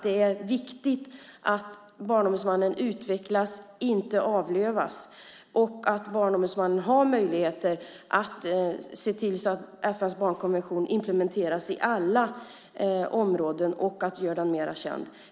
Det är viktigt att Barnombudsmannen utvecklas, inte avlövas, och att Barnombudsmannen har möjligheter att se till att FN:s barnkonvention implementeras på alla områden och att den görs mer känd.